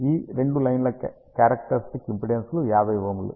ఈ రెండు లైన్ల క్యారెక్టరిస్టిక్ ఇంపెడెన్సులు 50Ω లు